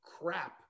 crap